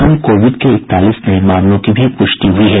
कल कोविड के इकतालीस नये मामलों की भी प्रष्टि हुई है